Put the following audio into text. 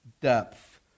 depth